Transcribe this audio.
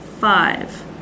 five